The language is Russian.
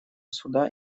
суда